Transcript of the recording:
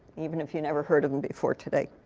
even if you've never heard of him before today.